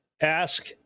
Ask